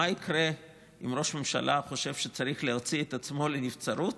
מה יקרה אם ראש הממשלה חושב שהוא צריך להוציא את עצמו לנבצרות